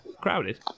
crowded